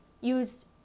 use